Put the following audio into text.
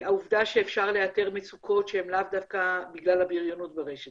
העובדה שאפשר לאתר מצוקות שהן לאו דווקא בגלל הבריונות ברשת